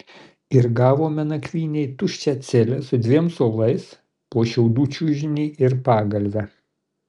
ir gavome nakvynei tuščią celę su dviem suolais po šiaudų čiužinį ir pagalvę